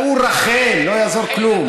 הוא רח"ל, לא יעזור כלום.